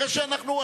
אחרי שאנחנו,